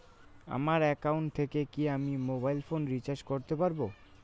আমার একাউন্ট থেকে কি আমি মোবাইল ফোন রিসার্চ করতে পারবো?